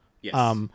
Yes